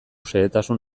xehetasun